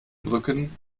brücken